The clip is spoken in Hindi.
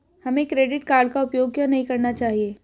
हमें क्रेडिट कार्ड का उपयोग क्यों नहीं करना चाहिए?